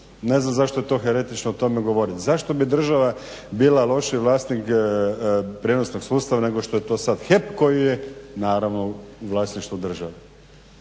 Ne znam zašto je to heretično o tome govoriti? Zašto bi država bila lošiji vlasnik prijenosnog sustava nego što je to sad HEP koji je naravno u vlasništvu države?